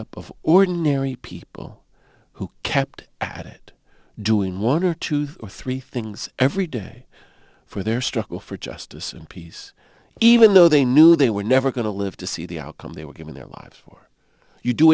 up of ordinary people who kept at it doing water two three things every day for their struggle for justice and peace even though they knew they were never going to live to see the outcome they were giving their lives for you do